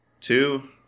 two